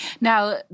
Now